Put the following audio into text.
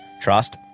trust